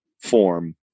form